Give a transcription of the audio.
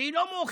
שהיא לא מאוחדת.